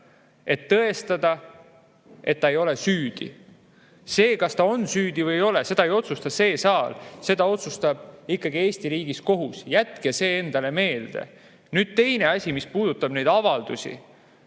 et tõestada, et ta ei ole süüdi. Seda, kas ta on süüdi või ei ole, ei otsusta see saal, seda otsustab ikkagi Eesti riigis kohus. Jätke see endale meelde! Nüüd teine asi, mis puudutab neid avaldusi.